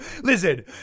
Listen